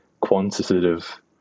quantitative